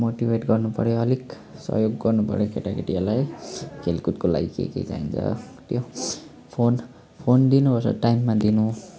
motivate गर्नु पऱ्यो अलिक सहयोग गर्नु पऱ्यो केटाकेटीहरूलाई खेलकुदको लागि के के चाहिन्छ त्यो फोन फोन दिनुपर्छ टाइममा दिनु